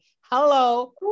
hello